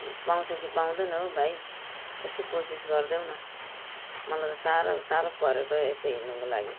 पाउँछ कि पाउँदैन हो भाइ यसो कोसिस गरिदेऊ न मलाई त साह्रो साह्रो पर्यो त यसै हिँड्नुको लागि